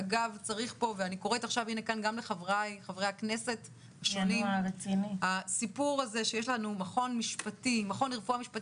אני רוצה לומר שזה שיש לנו מכון אחד